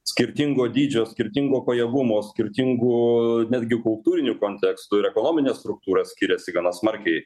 skirtingo dydžio skirtingo pajėgumo skirtingų netgi kultūrinių kontekstų ir ekonominė struktūra skiriasi gana smarkiai